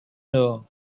know